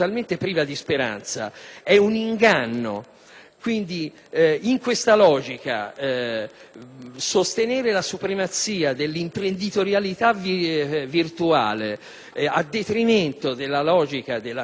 È un inganno.